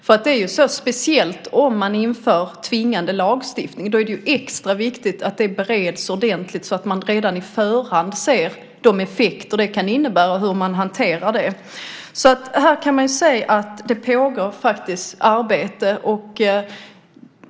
Att införa tvingande lagstiftning är ju väldigt speciellt, och därför är det extra viktigt att ärendet bereds ordentligt så att man redan på förhand kan se de effekter det kan medföra och hur dessa ska hanteras. Här pågår det alltså ett arbete.